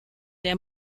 der